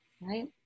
right